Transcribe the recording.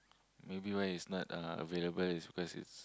maybe why is not uh available is because it's